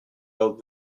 old